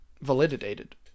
validated